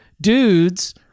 dudes